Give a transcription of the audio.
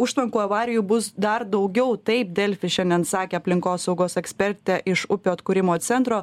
užtvankų avarijų bus dar daugiau taip delfi šiandien sakė aplinkosaugos ekspertė iš upių atkūrimo centro